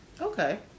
Okay